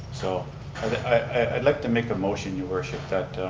so i'd like to make a motion your worship that